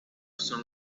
son